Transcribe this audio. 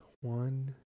one